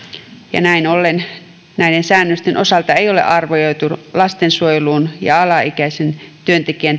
ja näin ollen näiden säännösten osalta ei ole arvioitu lastensuojeluun ja alaikäisen työntekijän